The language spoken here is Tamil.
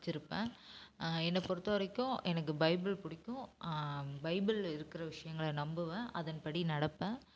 வச்சுருப்பேன் என்ன பொறுத்தவரைக்கும் எனக்கு பைபிள் பிடிக்கும் பைபிளில் இருக்கிற விஷயங்களை நம்புவேன் அதன் படி நடப்பேன்